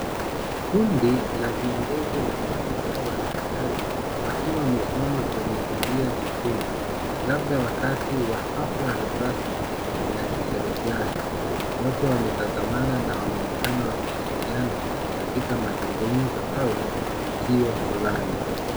Kundi la viongozi na maafisa wa serikali, wakiwa wamesimama kwenye zulia jekundu, labda wakati wa hafla rasmi ya kiserikali ya kiserikali. Wote wametazamana na wanaonekana wakishirikiana katika mazungumzo au tukio fulani.